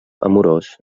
amorós